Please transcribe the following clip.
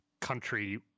country